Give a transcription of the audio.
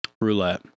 Roulette